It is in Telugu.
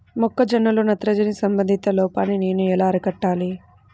మొక్క జొన్నలో నత్రజని సంబంధిత లోపాన్ని నేను ఎలా అరికట్టాలి?